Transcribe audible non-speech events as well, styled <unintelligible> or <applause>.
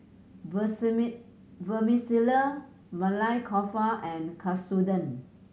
<unintelligible> Vermicelli Maili Kofta and Katsudon